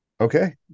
Okay